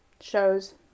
shows